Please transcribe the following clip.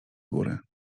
góry